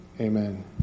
Amen